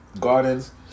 gardens